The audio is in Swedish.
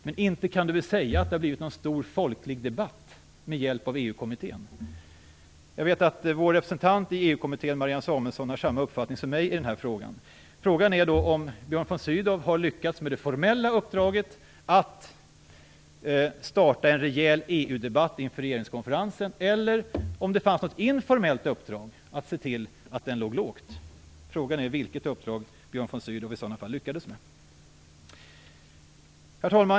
Inte kan väl Björn von Sydow mena att det har blivit en stor folklig debatt med hjälp av EU kommittén? Jag vet att vår representant i EU kommittén, Marianne Samuelsson, har samma uppfattning som jag i den här frågan. Frågan är om Björn von Sydow har lyckats med det formella uppdraget att starta en rejäl EU-debatt inför regeringskonferensen eller om det fanns något informellt uppdrag att se till att ligga lågt. Frågan är vilket uppdrag Björn von Sydow lyckades med. Herr talman!